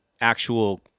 actual